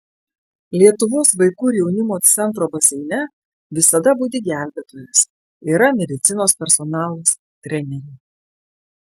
lietuvos vaikų ir jaunimo centro baseine visada budi gelbėtojas yra medicinos personalas treneriai